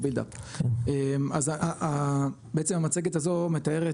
אז בעצם המצגת הזו מתארת,